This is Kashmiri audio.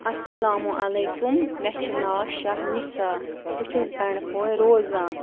اَسَلامُ علیکُم مےٚ چھِ ناو شاہ نِسا بہٕ چھَس بَنٛڈپورِ روزان